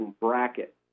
bracket